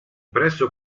presso